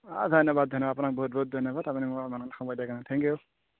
অঁ ধন্যবাদ ধন্যবাদ আপোনাক বহুত বহুত ধন্যবাদ আপুনি মোক আমাক সময় দিয়া কাৰণে থেংক ইউ